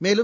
மேலும்